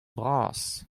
bras